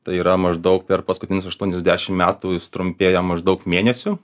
tai yra maždaug per paskutinius aštuoniasdešim metų ji sutrumpėjo maždaug mėnesiu